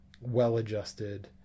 well-adjusted